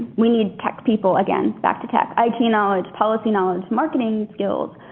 we need tech people. again, back to tech, i t. knowledge, policy knowledge, marketing skills,